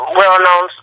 well-known